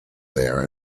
there